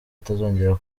atazongera